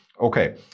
okay